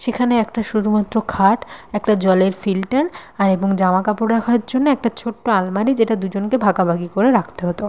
সেখানে একটা শুধুমাত্র খাট একটা জলের ফিল্টার আর এবং জামা কাপড় রাখার জন্য একটা ছোট্ট আলমারি যেটা দুজনকে ভাগাভাগি করে রাখতে হতো